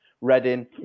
Reading